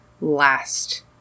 last